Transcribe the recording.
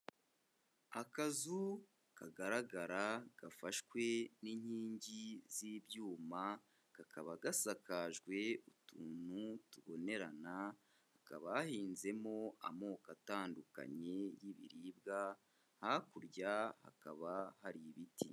Akazu kagaragara gafashwe n'inkingi z'ibyuma, kakaba gasakajwe utuntu tubonerana, hakaba hahinzemo amoko atandukanye y'ibiribwa, hakurya hakaba hari ibiti.